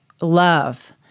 love